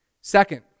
Second